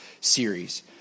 series